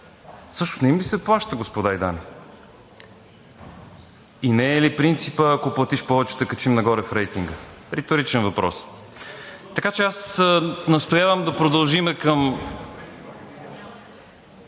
всъщност не им ли се плаща, господа и дами? И не е ли принципът, ако платиш повече, ще те качим нагоре в рейтинга? Риторичен въпрос. Така че аз настоявам да продължим с